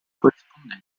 corrispondenti